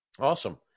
Awesome